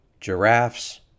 giraffes